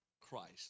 Christ